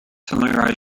familiarize